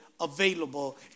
available